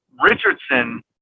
Richardson